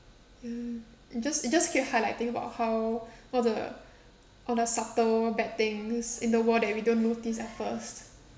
ya it just it just keep highlighting about how all the all the subtle bad things in the world that we don't notice at first